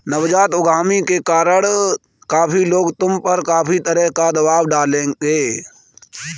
नवजात उद्यमी होने के कारण काफी लोग तुम पर काफी तरह का दबाव डालेंगे